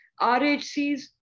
RHCs